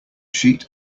sheet